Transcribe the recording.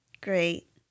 Great